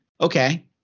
okay